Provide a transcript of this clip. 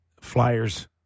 Flyers